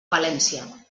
valència